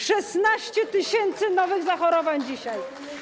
16 tys. nowych zachorowań dzisiaj.